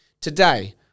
today